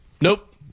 Nope